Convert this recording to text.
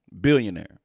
billionaire